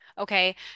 Okay